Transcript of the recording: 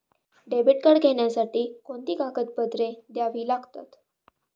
Debit card घेण्यासाठी कोणती कागदपत्रे द्यावी लागतात?